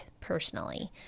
personally